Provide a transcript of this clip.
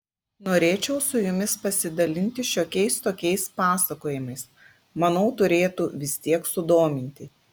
norėčiau su jumis pasidalinti šiokiais tokiais pasakojimais manau turėtų vis tiek sudominti